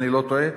אם אינני טועה,